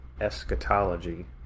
eschatology